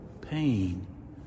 pain